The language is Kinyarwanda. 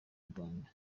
rwanda